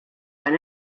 dan